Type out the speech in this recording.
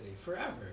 forever